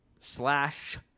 slash